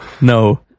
no